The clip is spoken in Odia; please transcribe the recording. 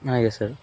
ଆଜ୍ଞା ସାର୍